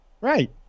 Right